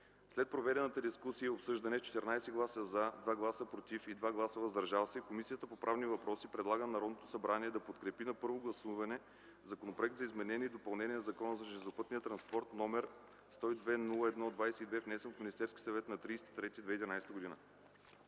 След проведената дискусия и обсъждане, с 14 гласа „за”, 2 гласа „против” и 2 гласа „въздържали се”, Комисията по правни въпроси предлага на Народното събрание да подкрепи на първо гласуване Законопроект за изменение и допълнение на Закона за железопътния транспорт, № 102-01-22, внесен от Министерския съвет на 30 март